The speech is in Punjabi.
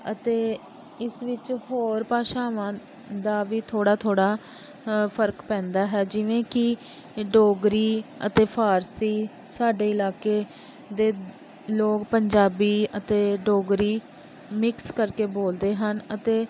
ਅਤੇ ਇਸ ਵਿੱਚ ਹੋਰ ਭਾਸ਼ਾਵਾਂ ਦਾ ਵੀ ਥੋੜ੍ਹਾ ਥੋੜ੍ਹਾ ਫ਼ਰਕ ਪੈਂਦਾ ਹੈ ਜਿਵੇਂ ਕਿ ਡੋਗਰੀ ਅਤੇ ਫਾਰਸੀ ਸਾਡੇ ਇਲਾਕੇ ਦੇ ਲੋਕ ਪੰਜਾਬੀ ਅਤੇ ਡੋਗਰੀ ਮਿਕਸ ਕਰਕੇ ਬੋਲਦੇ ਹਨ ਅਤੇ